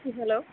hello